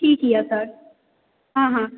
ठीक यऽ सर हँ हँ